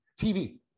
TV